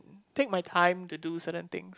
take my time to do certain things